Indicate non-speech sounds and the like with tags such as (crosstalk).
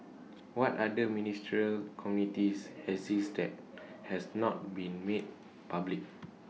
what other ministerial committees exist that (noise) has not been made public